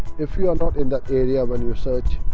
if you are not in that area when you search,